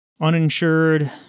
Uninsured